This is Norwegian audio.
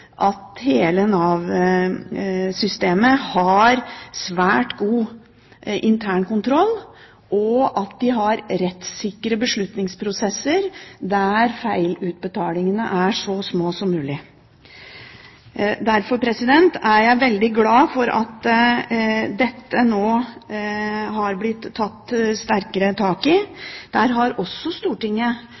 at hele Nav-systemet har en svært god internkontroll, og at de har rettssikre beslutningsprosesser, der feilutbetalingene er så små som mulig. Derfor er jeg veldig glad for at dette nå har blitt tatt sterkere tak i. I tilknytning til dette: Stortinget